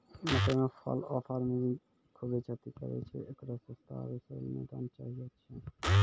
मकई मे फॉल ऑफ आर्मी खूबे क्षति करेय छैय, इकरो सस्ता आरु सरल निदान चाहियो छैय?